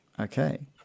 Okay